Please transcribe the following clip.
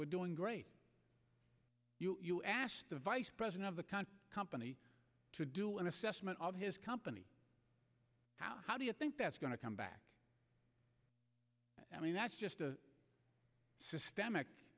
we're doing great you asked the vice president of the company to do an assessment of his company how how do you think that's going to come back i mean that's just a systemic